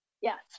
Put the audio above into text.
Yes